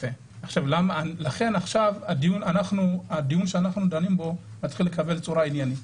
עכשיו הדיון שאנחנו דנים בו מתחיל לקבל צורה עניינית.